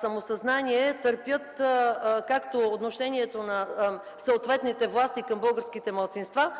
самосъзнание, търпят както отношението на съответните власти към българските малцинства,